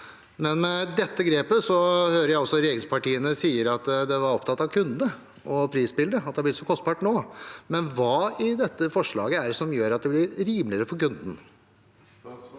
Med dette grepet hører jeg også regjeringspartiene si at de er opptatt av kundene og prisbildet, og at det er blitt så kostbart nå, men hva i dette forslaget er det som gjør at det blir rimeligere for kunden?